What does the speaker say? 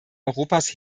europas